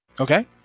Okay